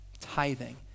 tithing